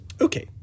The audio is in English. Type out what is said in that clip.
okay